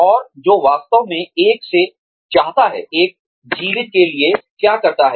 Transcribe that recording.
और जो वास्तव में एक से चाहता है एक जीवित के लिए वह क्या करता है